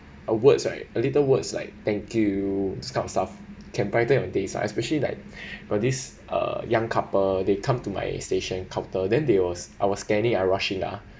a words right a little words like thank you this kind of stuff can brighten your days especially like for this uh young couple they come to my station counter then they was I was scanning and rushing ah